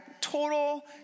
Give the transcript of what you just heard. total